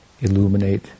illuminate